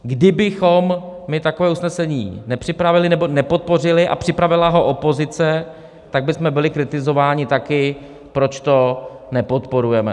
Kdybychom takové usnesení nepřipravili nebo nepodpořili a připravila ho opozice, tak bychom byli kritizováni taky, proč to nepodporujeme.